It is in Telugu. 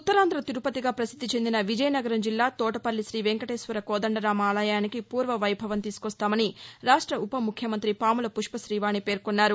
ఉత్తరాంధ్ర తిరుపతిగా పసిద్ది చెందిన విజయనగరం జిల్లా తోటపల్లి శీవెంకటేశ్వర కోదండరాం ఆలయానికి పూర్వ వైభవం తీసుకొస్తామని రాష్ట ఉపముఖ్యమంతి పాముల పుష్పతీవాణి పేర్కొన్నారు